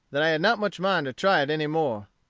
that i had not much mind to try it any more.